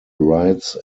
rights